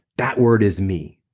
that word is me,